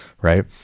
right